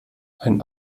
ein